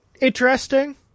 interesting